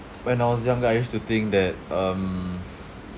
when I was younger I used to think that um